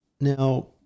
Now